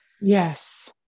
Yes